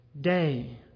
day